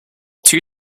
two